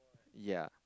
ya